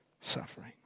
suffering